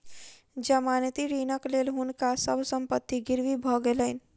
जमानती ऋणक लेल हुनका सभ संपत्ति गिरवी भ गेलैन